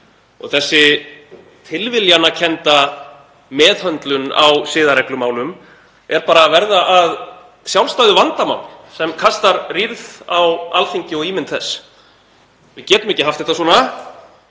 Þessi tilviljanakennda meðhöndlun á siðareglumálum er bara að verða að sjálfstæðu vandamáli sem kastar rýrð á Alþingi og ímynd þess. Við getum ekki haft þetta svona.